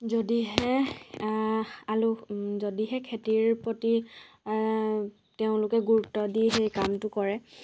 যদিহে আলু যদিহে খেতিৰ প্ৰতি তেওঁলোকে গুৰুত্ব দি সেই কামটো কৰে